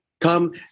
come